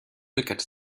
aquests